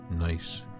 nice